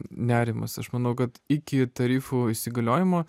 nerimas aš manau kad iki tarifų įsigaliojimo